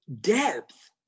depth